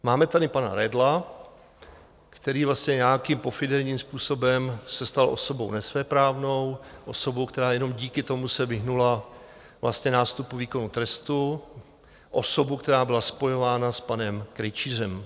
Máme tady pana Redla, který vlastně nějakým pofidérním způsobem se stal osobou nesvéprávnou, osobou, která jenom díky tomu se vyhnula nástupu výkonu trestu, osobou, která byla spojována s panem Krejčířem.